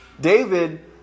David